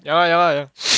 ya lah ya lah